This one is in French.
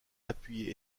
appuyé